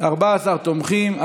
14 תומכים,